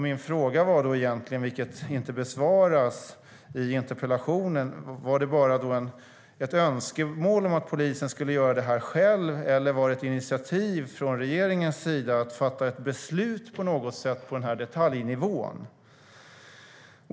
Min fråga i interpellationen, vilken inte besvarades, var egentligen om det bara var ett önskemål om att polisen skulle göra det här själv eller om det var ett initiativ från regeringens sida om att på något sätt fatta ett beslut på den här detaljnivån.